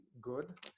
good